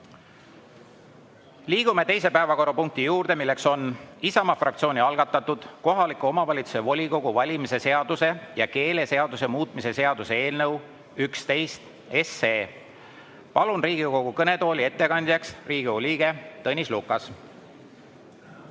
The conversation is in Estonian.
Liigume teise päevakorrapunkti juurde, milleks on Isamaa fraktsiooni algatatud kohaliku omavalitsuse volikogu valimise seaduse ja keeleseaduse muutmise seaduse eelnõu 11. Palun Riigikogu kõnetooli ettekandjaks, Riigikogu liige Tõnis Lukas!